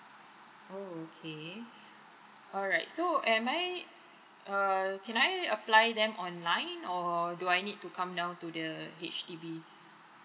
oh okay alright so am I err can I apply them online or do I need to come down to the H_D_B